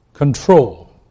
Control